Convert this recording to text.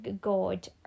God